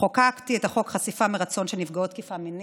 חוקקתי את החוק חשיפה מרצון של נפגעות תקיפה מינית,